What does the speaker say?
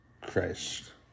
Christ